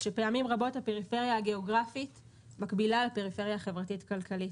פעמים רבות הפריפריה הגאוגרפית מקבילה לפריפריה החברתית-כלכלית.